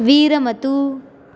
विरमतु